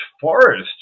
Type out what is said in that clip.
forest